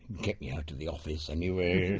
gets me out of the office anyway!